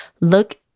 Look